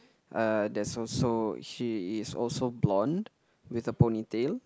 uh there's also she is also blonde with a ponytail